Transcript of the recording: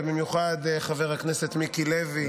ובמיוחד חבר הכנסת מיקי לוי,